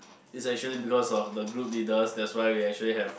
it's actually because of the group leader that's why we actually have